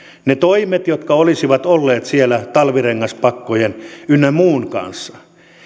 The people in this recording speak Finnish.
ne toimet jotka olisivat olleet siellä talvirengaspakkojen ynnä muun kanssa